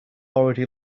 already